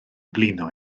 blino